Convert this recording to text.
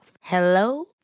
Hello